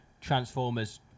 Transformers